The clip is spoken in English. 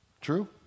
True